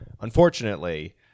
unfortunately